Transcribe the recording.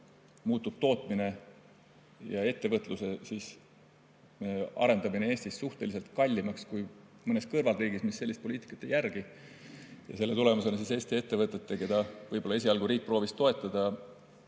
muutub tootmine ja ettevõtluse arendamine Eestis suhteliselt kallimaks kui mõnes kõrvalriigis, mis sellist poliitikat ei järgi. Ja selle tulemusena nendel Eesti ettevõtetel, keda riik esialgu proovis toetada,